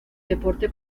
deporte